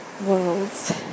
worlds